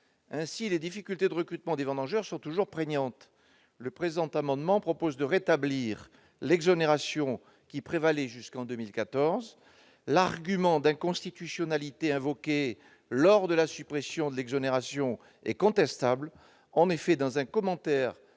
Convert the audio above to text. Ainsi, les difficultés de recrutement de vendangeurs sont toujours prégnantes. Cet amendement vise à rétablir l'exonération qui était en vigueur jusqu'en 2014. L'argument d'inconstitutionnalité invoqué lors de la suppression de l'exonération est contestable. En effet, dans un commentaire